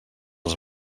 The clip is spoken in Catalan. els